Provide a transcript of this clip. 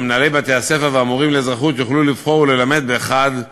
ומנהלי בתי-הספר והמורים לאזרחות יוכלו לבחור וללמד באחד מהשלושה.